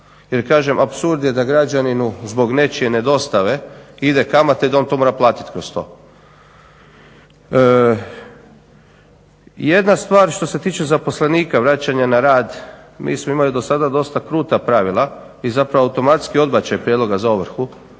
Jer kažem apsurd je da građaninu zbog nečije nedostave ide kamata i da on to mora platiti kroz to. Jedna stvar što se tiče zaposlenika , vraćanja na rad. Mi smo imali do sada dosta kruta pravila i zapravo automatski odbačaj prijedloga za ovrhu